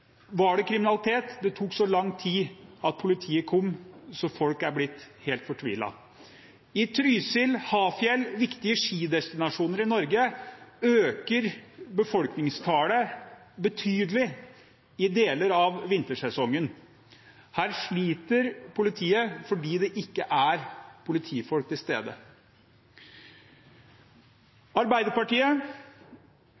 det kriminalitet, og det tok så lang tid før politiet kom, at folk ble helt fortvilet. I Trysil og på Hafjell – viktige skidestinasjoner i Norge – øker befolkningstallet betydelig i deler av vintersesongen. Der sliter politiet fordi det ikke er politifolk til stede.